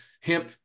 hemp